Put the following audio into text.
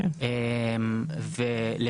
אנחנו